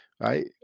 right